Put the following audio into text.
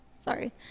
Sorry